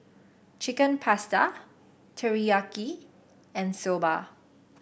Chicken Pasta Teriyaki and Soba